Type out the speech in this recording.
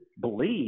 believe